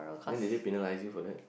then did they penalise you for that